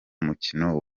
mukino